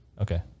Okay